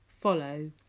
follow